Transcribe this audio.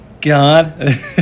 god